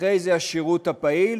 אחרי זה השירות הפעיל,